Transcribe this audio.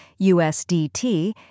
usdt